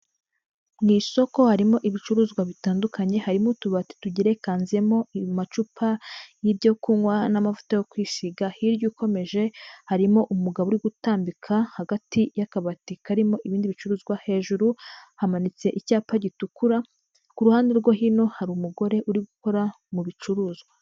Mu isoko harimo ibicuruzwa bitandukanye, harimo utubati tugerekanzemo amacupa y'ibyo kunywa n'amavuta yo kwisiga, hirya ukomeje harimo umugabo uri gutambika hagati y'akabati karimo ibindi bicuruzwa, hejuru hamanitse icyapa gitukura, ku ruhande rwo hino hari umugore uri gukora mu bicuruzwa.